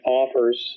offers